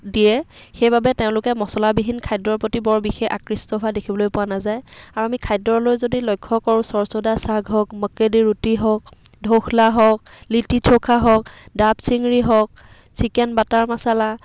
দিয়ে সেইবাবে তেওঁলোকে মচলাবিহীন খাদ্যৰ প্ৰতি বৰ বিশেষ আকৃষ্ট হোৱা দেখিবলৈ পোৱা নাযায় আৰু আমি খাদ্যলৈ যদি লক্ষ্য কৰোঁ চৰচৌদা চাগ হওক মক্কেদি ৰুটী হওক ধৌখলা হওক লিটি চৌখা হওক ডাৱ চিংৰি হওক চিকেন বাটাৰ মাচালা